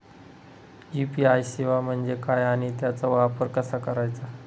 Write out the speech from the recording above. UPI सेवा म्हणजे काय आणि त्याचा वापर कसा करायचा?